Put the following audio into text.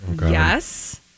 Yes